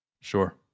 sure